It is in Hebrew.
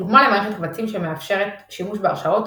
דוגמה למערכת קבצים שמאפשרת שימוש בהרשאות,